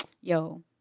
yo